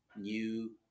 new